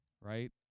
right